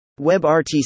WebRTC